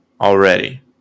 already